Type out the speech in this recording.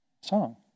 Song